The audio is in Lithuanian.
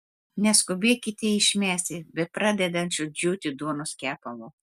neskubėkite išmesti bepradedančio džiūti duonos kepalo